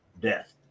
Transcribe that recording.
death